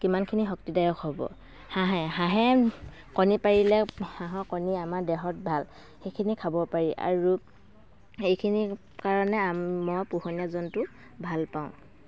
কিমানখিনি শক্তিদায়ক হ'ব হাঁহে হাঁহে কণী পাৰিলে হাঁহৰ কণী আমাৰ দেহত ভাল সেইখিনি খাব পাৰি আৰু সেইখিনি কাৰণে মই পোহনীয়া জন্তু ভাল পাওঁ